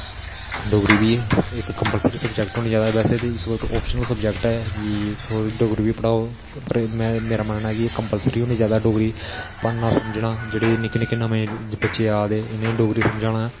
डोगरी बी इक compulsory subject होना चाहिदा बैसे ते इस वक्त आपशनल सबजैक्ट ऐ कि डोगरी बी पढ़ाओ मेरा मनन्ना ऐ कि कंप्लसरी होना चाहिदा डोगरी पढ़ना समझना जेह्ड़े निक्के निक्के नमें जेह्ड़े बच्चे आ दे उ'नें गी डोगरी समझाना